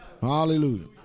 Hallelujah